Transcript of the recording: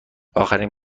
آخرین